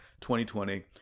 2020